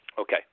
Okay